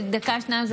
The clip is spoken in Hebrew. דקה-שתיים.